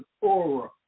aura